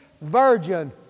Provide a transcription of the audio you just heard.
virgin